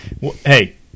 Hey